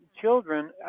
children